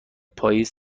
پاییز